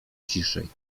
ciszej